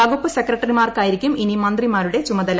വ്യക്ത സെക്രട്ടറിമാർക്കായിരിക്കും ഇനി മന്ത്രിമാരുടെ ചുമതല